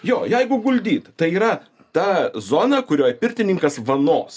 jo jeigu guldyti tai yra tą zoną kurioj pirtininkas vanos